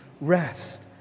rest